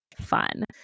fun